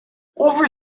over